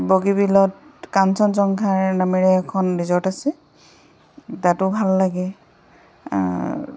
বগীবিলত কাঞ্চন জংঘাৰ নামেৰে এখন ৰিজৰ্ট আছে তাতো ভাল লাগে